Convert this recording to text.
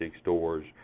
stores